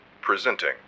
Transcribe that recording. presenting